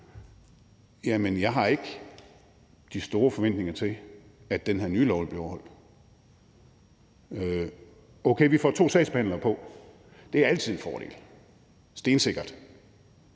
at jeg ikke har de store forventninger til, at den nye lov vil blive overholdt. Okay, vi får to sagsbehandlere på, og det er altid en fordel. Det er stensikkert.